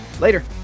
Later